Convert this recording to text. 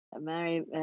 Mary